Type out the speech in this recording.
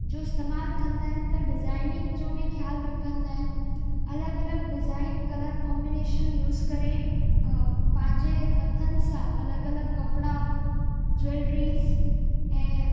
जो इस्तमाल कंदा आहिनि त डिज़ाइनिंग जो बि ख़यालु रखंदा आहिनि अलॻि अलॻि डिज़ाइन कलर कॉंबिनेशन यूज़ करे पंहिंजे हथनि सां अलॻि अलॻि कपिड़ा ज्वैलरीज़ ऐं